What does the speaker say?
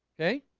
okay